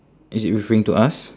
is it referring to us